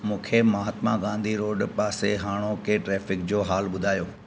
मूंखे महात्मा गांधी रोड पासे हाणोकी ट्रैफ़िक जो हालु ॿुधायो